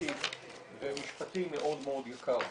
פוליטי ומשפטי מאד יקר.